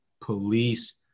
police